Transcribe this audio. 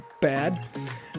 bad